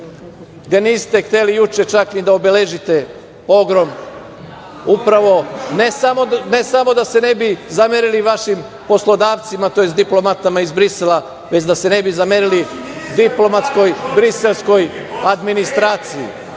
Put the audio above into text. da niste hteli juče čak ni da obeležite pogrom upravo ne samo da se ne bi zamerili vašim poslodavcima, tj. diplomatama iz Brisela, već da se ne bi zamerili diplomatskoj Briselskoj administraciji.